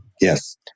Yes